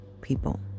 people